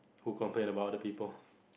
who complain about other people